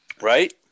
Right